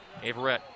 Averett